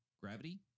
Gravity